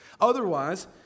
Otherwise